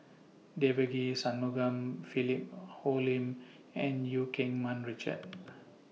Devagi Sanmugam Philip Hoalim and EU Keng Mun Richard